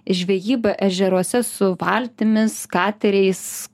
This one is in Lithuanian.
žvejyba ežeruose su valtimis kateriais